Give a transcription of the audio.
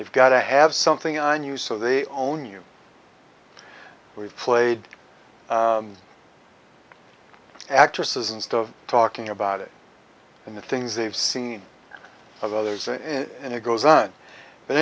you've got to have something on you so they own you we've played actresses instead of talking about it and the things they've seen of others and it goes on but